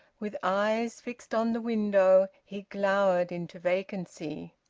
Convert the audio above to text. with eyes fixed on the window he glowered into vacancy.